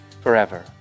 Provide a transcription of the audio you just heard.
forever